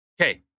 okay